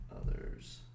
Others